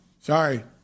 sorry